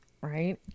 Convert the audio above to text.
right